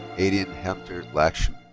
aidan hunter lakshman.